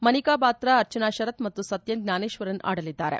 ಮನಿಕಾ ಬಾತ್ರಾ ಅರ್ಚನಾ ಶರತ್ ಮತ್ತು ಸತ್ಯನ್ ಜ್ಞಾನೇಶ್ವರನ್ ಆಡಲಿದ್ದಾರೆ